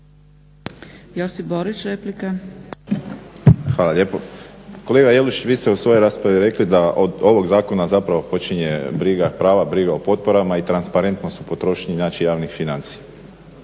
Josip (HDZ)** Hvala lijepo. Kolega Jelušić, vi ste u svojoj raspravi rekli da od ovog zakona zapravo počinje prava briga o potporama i transparentnost u potrošnji javnih financija.